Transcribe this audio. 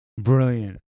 Brilliant